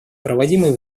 проводимой